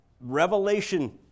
revelation